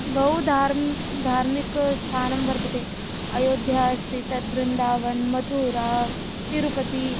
बहु धार् धार्मिकस्थानं वर्तते अयोध्या अस्ति तद् वृन्दावनं मथुरा तिरुपतिः